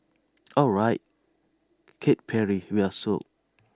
alright Katy Perry we're sold